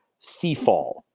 Seafall